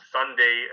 Sunday